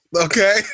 okay